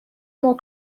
more